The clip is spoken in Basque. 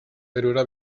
perura